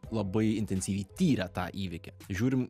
labai intensyviai tyrė tą įvykį žiūrim